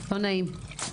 לא נעים.